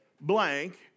blank